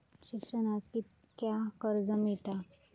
शिक्षणाक कीतक्या कर्ज मिलात?